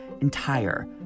entire